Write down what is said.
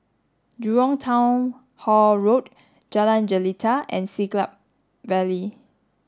Jurong Town Hall Road Jalan Jelita and Siglap Valley